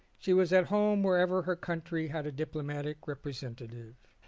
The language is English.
she was at home wherever her country had a diplomatic representative.